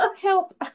help